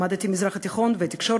למדתי לימודי מזרח תיכון ותקשורת,